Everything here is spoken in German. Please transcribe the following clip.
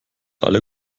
alle